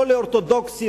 לא לאורתודוקסי,